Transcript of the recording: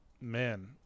man